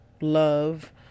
love